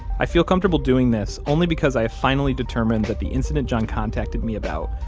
i feel comfortable doing this only because i have finally determined that the incident john contacted me about,